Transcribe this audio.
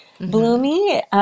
Bloomy